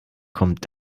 kommt